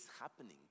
happening